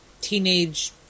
teenage